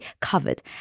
covered